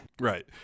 right